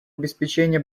обеспечения